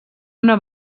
una